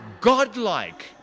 godlike